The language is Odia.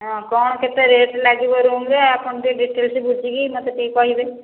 ହଁ କଣ କେତେ ରେଟ ଲାଗିବ ରୁମ ରେ ଆପଣ ଟିକେ ଡିଟେଲସରେ ବୁଝିକି ମତେ ଟିକେ କହିବେ